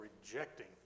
rejecting